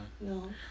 No